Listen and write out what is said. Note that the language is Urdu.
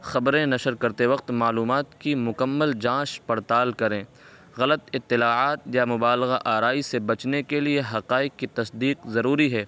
خبریں نشر کرتے وقت معلومات کی مکمل جانچ پڑتال کریں غلط اطلاعات یا مبالغہ آرائی سے بچنے کے لیے حقائق کی تصدیق ضروری ہے